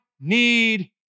need